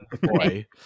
boy